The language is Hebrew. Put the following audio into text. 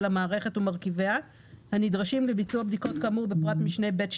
המערכת ומרכיביה הנדרשים לביצוע בדיקות כאמור בפרט משנה (ב2),